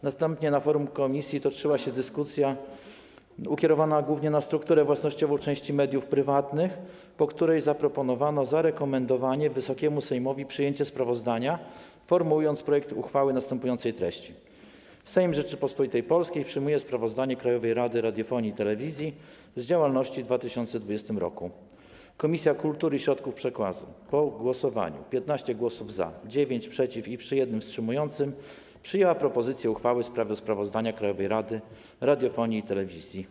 Następnie na forum komisji toczyła się dyskusja ukierunkowana głównie na strukturę własnościową części mediów prywatnych, po której zaproponowano zarekomendowanie Wysokiemu Sejmowi przyjęcia sprawozdania, formułując projekt uchwały o następującej treści: Sejm Rzeczypospolitej Polskiej przyjmuje sprawozdanie Krajowej Rady Radiofonii i Telewizji z działalności w 2020 r. Komisja Kultury i Środków Przekazu po głosowaniu - 15 głosów było za, 9 - przeciw, 1 wstrzymujący się - przyjęła propozycję uchwały w sprawie sprawozdania Krajowej Rady Radiofonii i Telewizji.